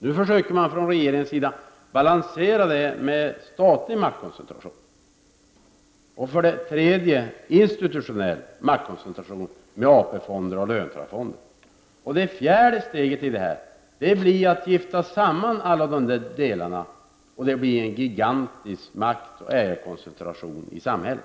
Nu försöker man från regeringens sida balansera detta med statlig maktkoncentration. Det tredje steget är institutionell maktkoncentration med AP-fonder och löntagarfonder. Det fjärde steget blir att gifta samman alla delarna, och det blir en gigantisk maktoch ägarkoncentration i samhället.